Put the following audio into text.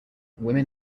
women